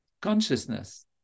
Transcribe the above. consciousness